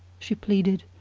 she pleaded.